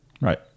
Right